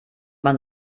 man